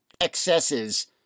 excesses